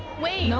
wait! nope.